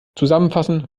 zusammenfassen